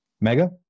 mega